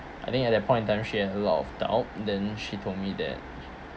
I think at that point of time she has a lot of doubt then she told me that